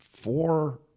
four